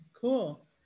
cool